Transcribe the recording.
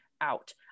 out